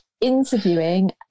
Interviewing